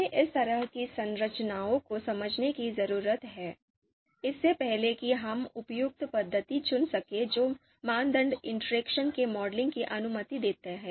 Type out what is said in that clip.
हमें इस तरह की संरचनाओं को समझने की जरूरत है इससे पहले कि हम उपयुक्त पद्धति चुन सकें जो मानदंड इंटरैक्शन के मॉडलिंग की अनुमति देता है